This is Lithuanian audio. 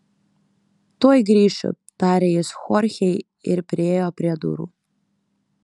tuoj grįšiu tarė jis chorchei ir priėjo prie durų